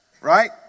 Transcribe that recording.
right